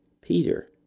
Peter